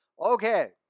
Okay